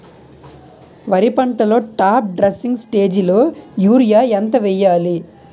వరి పంటలో top dressing స్టేజిలో యూరియా ఎంత వెయ్యాలి?